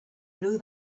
blew